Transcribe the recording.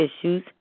issues